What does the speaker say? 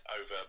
over